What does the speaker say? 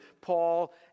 Paul